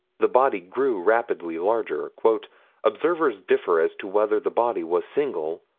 the body grew rapidly larger. observers differ as to whether the body was single,